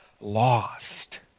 lost